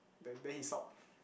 then then he stop